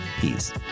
Peace